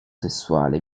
sessuale